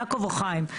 יעקב או חיים.